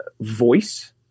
voice